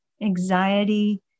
anxiety